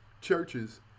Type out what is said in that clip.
churches